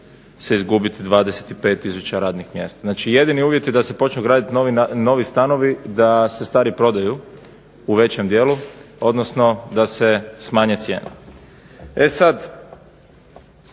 izgubiti 25 tisuća radnih mjesta. Znači jedini uvjeti da se počnu graditi novi stanovi da se stari prodaju u većem dijelu odnosno da se smanje cijene. E sada,